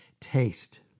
taste